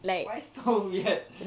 why so weird